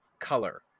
color